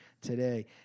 today